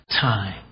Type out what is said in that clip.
time